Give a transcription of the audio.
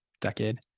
decade